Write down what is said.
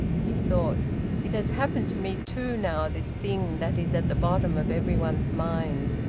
he thought it has happened to me, too, now this thing that is at the bottom of everybody's mind!